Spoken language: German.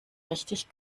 richtig